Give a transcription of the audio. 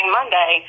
monday